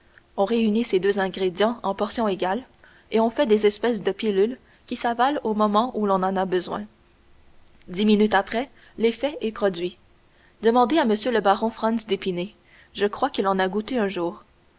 on réunit ces deux ingrédients en portions égales et on fait des espèces de pilules qui s'avalent au moment où l'on en a besoin dix minutes après l'effet est produit demandez à m le baron franz d'épinay je crois qu'il en a goûté un jour